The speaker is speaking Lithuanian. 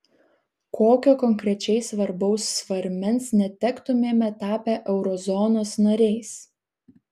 kokio konkrečiai svarbaus svarmens netektumėme tapę eurozonos nariais